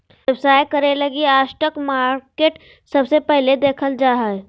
व्यवसाय करे लगी स्टाक मार्केट सबसे पहले देखल जा हय